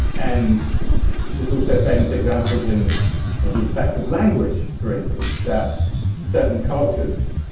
and there's also famous examples in the effect of language for instance, that certain cultures,